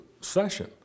session